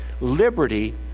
Liberty